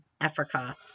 Africa